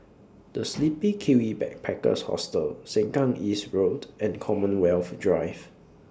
The Sleepy Kiwi Backpackers Hostel Sengkang East Road and Commonwealth Drive